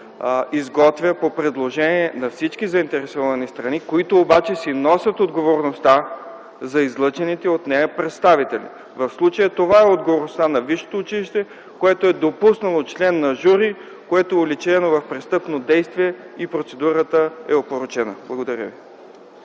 изготвя по предложение на всички заинтересовани страни, които обаче си носят отговорността за излъчените от нея представители. В случая това е отговорността на висшето училище, което е допуснало член на жури, което е уличено в престъпно действие и процедурата е опорочена. Благодаря ви.